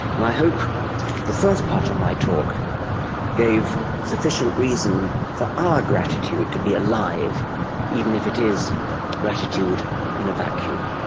and i hope the first part of my talk gave sufficient reason for our gratitude to be alive even if it is gratitude in a vacuum.